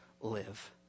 live